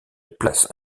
place